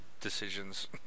decisions